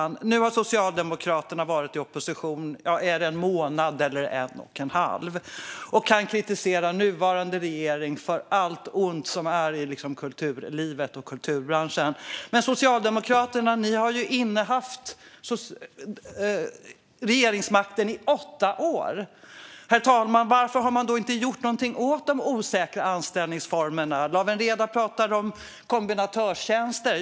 Nu har Socialdemokraterna varit i opposition i en månad, eller en och en halv, och kan kritisera nuvarande regering för allt ont i kulturlivet och kulturbranschen. Men Socialdemokraterna har ju innehaft regeringsmakten i åtta år. Varför, herr talman, har man då inte gjort någonting åt de osäkra anställningsformerna? Lawen Redar pratade om kombinatörstjänster.